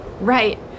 Right